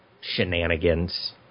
Shenanigans